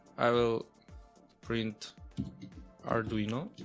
i will print arduino